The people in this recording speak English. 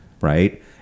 Right